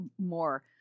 more